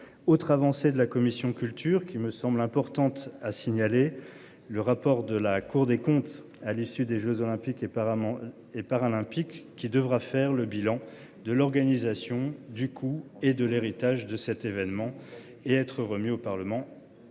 Autre avancée de la commission culture, qui me semble importante à signaler. Le rapport de la Cour des comptes. À l'issue des jeux olympiques qui apparemment et paralympiques qui devra faire le bilan de l'Organisation du coup et de l'héritage de cet événement et être remis au Parlement